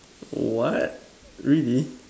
what really